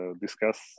discuss